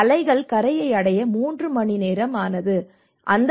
அலைகள் கரையை அடைய 3 மணி நேரம் 180 நிமிடங்கள் ஆனது